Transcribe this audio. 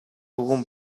өвгөн